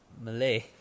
Malay